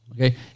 Okay